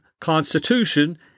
constitution